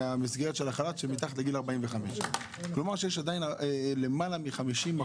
מהמסגרת של החל"ת שהם מתחת לגיל 45. כלומר שיש עדיין למעלה מ-50%